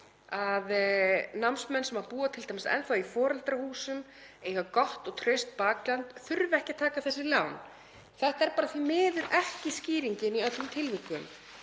Námsmenn sem búa t.d. enn þá í foreldrahúsum og eiga gott og traust bakland þurfa ekki að taka þessi lán. Þetta er bara því miður ekki skýringin í öllum tilvikum.